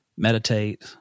meditate